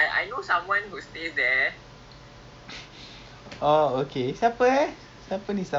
like !wah! so I mean not bad eh walaupun dia tinggal at risk block mak dia doctor